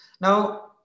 Now